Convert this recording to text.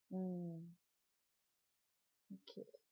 mm okay